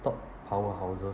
top powerhouses